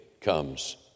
comes